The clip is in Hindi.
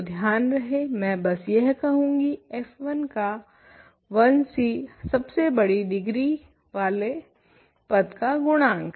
तो ध्यान रहे मैं बस यह कहूँगी fi का 1c सबसे बड़ी डिग्री वाले पद का गुणांक